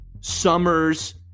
summers